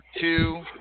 two